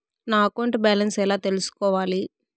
నా account balance ఎలా తెల్సుకోవాలి